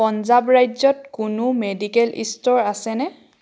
পঞ্জাৱ ৰাজ্যত কোনো medical store আছেনে